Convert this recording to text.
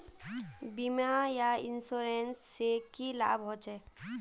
बीमा या इंश्योरेंस से की लाभ होचे?